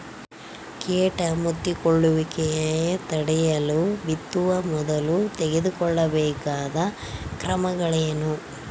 ಕೇಟ ಮುತ್ತಿಕೊಳ್ಳುವಿಕೆ ತಡೆಯಲು ಬಿತ್ತುವ ಮೊದಲು ತೆಗೆದುಕೊಳ್ಳಬೇಕಾದ ಕ್ರಮಗಳೇನು?